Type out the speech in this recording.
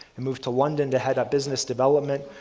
and moved to london to head up business development,